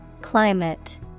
Climate